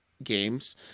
Games